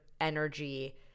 energy